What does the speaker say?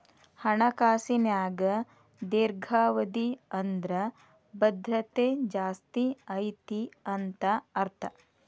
ಹಣಕಾಸಿನ್ಯಾಗ ದೇರ್ಘಾವಧಿ ಅಂದ್ರ ಭದ್ರತೆ ಜಾಸ್ತಿ ಐತಿ ಅಂತ ಅರ್ಥ